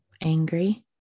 angry